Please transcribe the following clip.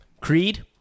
Creed